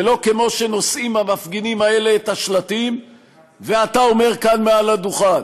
ולא כמו שנושאים המפגינים האלה את השלטים ושאתה אומר כאן מעל לדוכן,